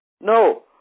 No